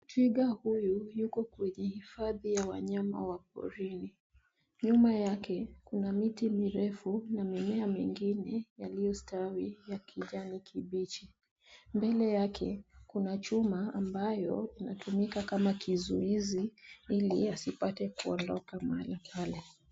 Twiga huyu yuko kwenye hifadhi ya wanyama wa porini. Nyuma yake kuna miti mirefu na mimea mingine yaliyostawi ya kijani kibichi. Mbele yake kuna chuma ambayo inatumika kama kizuizi ili asipate kuondoka mara pale.